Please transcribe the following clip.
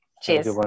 Cheers